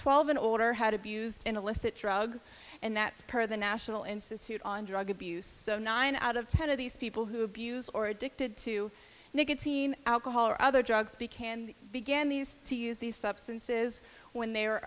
twelve in order had abused an illicit drug and that's part of the national institute on drug abuse so nine out of ten of these people who abuse or addicted to nicotine alcohol or other drugs be can begin these to use these substances when they